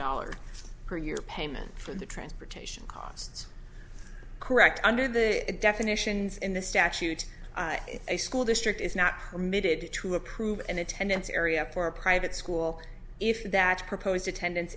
dollars per year payment for the transportation costs correct under the definitions in the statute a school district is not permitted to approve an attendance area for a private school if that proposed attendance